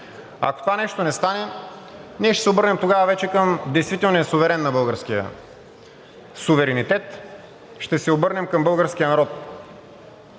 Ако това нещо не стане, ние ще се обърнем тогава вече към действителния суверен на българския суверенитет, ще се обърнем към българския народ